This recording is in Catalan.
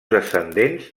descendents